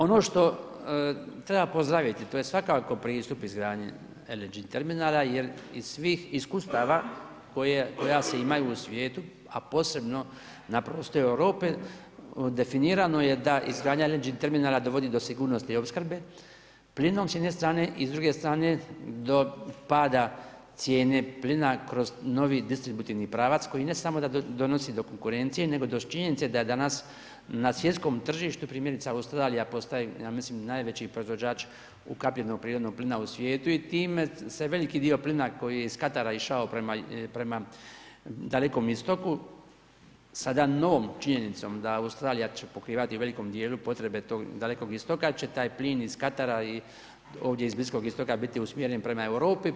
Ono što treba pozdraviti to je svakako pristup izgradnji LNG terminala jer iz svih iskustava koja se imaju u svijetu, a posebno na prostoru Europe, definirano je da izgradnja LNG terminala dovodi do sigurnosti opskrbe plinom s jedne strane i s druge strane do pada cijene plina kroz novi distributivni pravac koji ne samo da donosi do konkurencije nego do činjenice da danas na svjetskom tržištu primjerice Australija postaje ja mislim najveći proizvođač ukapljenog prirodnog plina u svijetu i time se veliki dio plina koji je iz Katara išao prema Dalekom Istoku sada novom činjenom da Australija će pokrivati u velikom dijelu potrebe tog Dalekog Istoka će taj plin iz Katara i ovdje iz Bliskog Istoka biti usmjeren prema Europi.